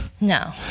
No